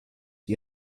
die